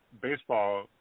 baseball